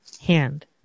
hand